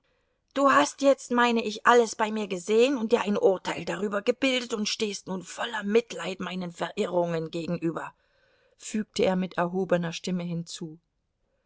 du hast jetzt meine ich alles bei mir gesehen und dir ein urteil darüber gebildet und stehst nun voller mitleid meinen verirrungen gegenüber fügte er mit erhobener stimme hinzu